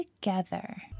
together